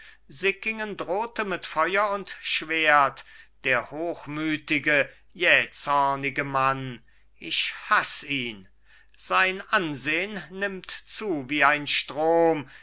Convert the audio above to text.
sickingen drohte mit feuer und schwert der hochmütige jähzornige mann ich haß ihn sein ansehn nimmt zu wie ein strom